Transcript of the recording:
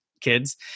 kids